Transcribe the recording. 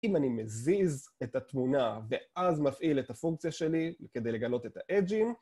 אם אני מזיז את התמונה ואז מפעיל את הפונקציה שלי כדי לגלות את האדג'ים